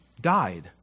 died